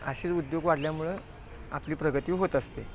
असेच उद्योग वाढल्यामुळं आपली प्रगती होत असते